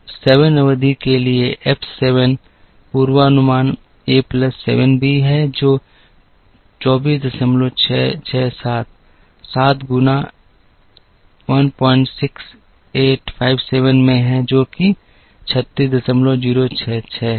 तो 7 अवधि के लिए एफ सात पूर्वानुमान एक प्लस 7 बी है जो 242667 7 गुना 16857 में है जो कि 36066 है